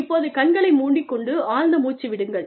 இப்போது கண்களை மூடிக்கொண்டு ஆழ்ந்த மூச்சு விடுங்கள்